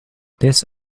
this